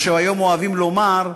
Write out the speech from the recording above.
מה שהיום אוהבים לומר,